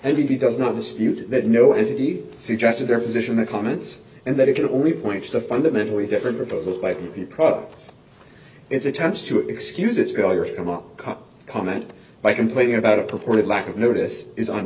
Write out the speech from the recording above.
and he does not dispute that no entity suggested their position and comments and that it can only point to a fundamentally different proposal by the product it's attached to excuse its value of come up comment by complaining about a purported lack of notice is on